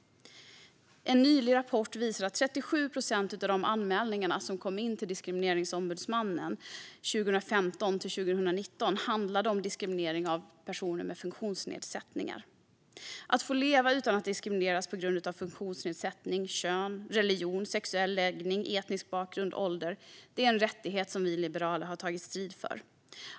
En nylig rapport visar att 37 procent av de anmälningar som kom in till Diskrimineringsombudsmannen 2015-2019 handlade om diskriminering av personer med funktionsnedsättningar. Att få leva utan att diskrimineras på grund av funktionsnedsättning, kön, religion, sexuell läggning, etnisk bakgrund eller ålder är en rättighet som vi liberaler har tagit strid för.